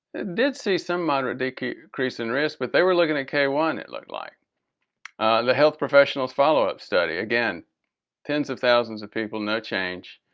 did see some moderate decrease decrease in risk. but they were looking at k one. it looked like the health professionals follow-up study again tens of thousands of people no change.